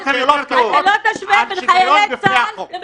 אתה לא תשווה בין חיילי צה"ל למחבלים.